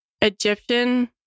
Egyptian